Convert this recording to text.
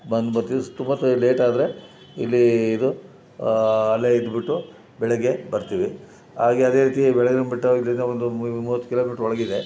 ಬಂದು ಬರ್ತೀವಿ ಸ್ ಲೇಟ್ ಆದರೆ ಇಲ್ಲಿ ಇದು ಅಲ್ಲಿಯೇ ಇದ್ಬಿಟ್ಟು ಬೆಳಗ್ಗೆ ಬರ್ತೀವಿ ಹಾಗೆ ಅದೇ ರೀತಿ ಬಿಳಿಗಿರಿ ಬೆಟ್ಟ ಇದ್ದಿಂದ ಒಂದು ಮೂವತ್ತು ಕಿಲೋಮೀಟರ್ ಒಳಗಿದೆ